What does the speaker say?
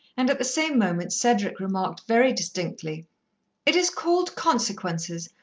and at the same moment cedric remarked very distinctly it is called consequences,